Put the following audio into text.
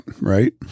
right